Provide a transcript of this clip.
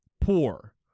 poor